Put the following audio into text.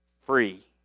free